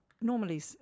normally